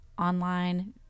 online